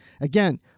Again